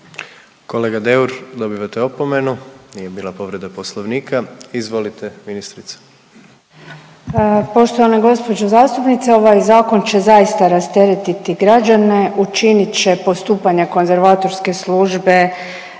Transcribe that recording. Kolega Deur dobivate opomenu nije bila povreda Poslovnika. Izvolite ministrice. **Obuljen Koržinek, Nina (HDZ)** Poštovana gospođo zastupnice ovaj zakon će zaista rasteretiti građane, učinit će postupanja konzervatorske službe